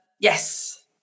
yes